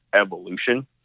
Evolution